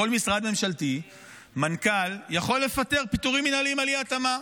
בכל משרד ממשלתי מנכ"ל יכול לפטר פיטורים מינהליים על אי-התאמה,